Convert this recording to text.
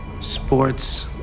sports